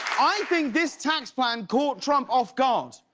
i think this tax plan caught trump off guard.